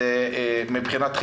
מבחינת עיריית אום אל פאחם,